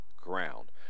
ground